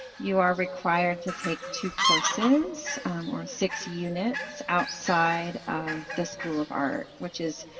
you are required to take two courses or six units outside of the school of art, which is,